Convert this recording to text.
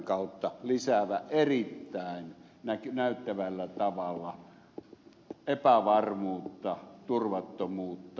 kautta lisäävä erittäin näyttävällä tavalla epävarmuutta turvattomuutta